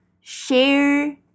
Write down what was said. share